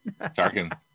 Tarkin